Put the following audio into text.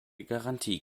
garantie